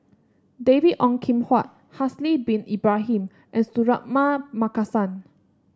David Ong Kim Huat Haslir Bin Ibrahim and Suratman Markasan